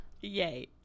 Yay